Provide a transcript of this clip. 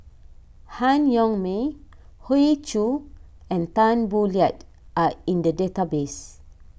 Han Yong May Hoey Choo and Tan Boo Liat are in the database